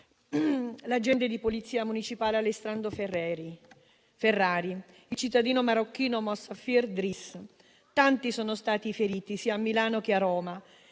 l'agente di polizia municipale Alessandro Ferrari e il cittadino marocchino Moussafir Driss. Tanti sono stati i feriti, sia a Milano che a Roma.